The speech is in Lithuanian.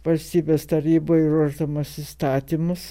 valstybės tarybai ruošdamas įstatymus